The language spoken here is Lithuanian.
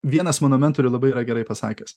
vienas mano mentorių labai gerai pasakęs